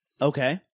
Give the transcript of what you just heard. Okay